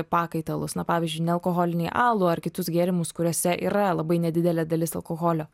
pakaitalus na pavyzdžiui nealkoholinį alų ar kitus gėrimus kuriuose yra labai nedidelė dalis alkoholio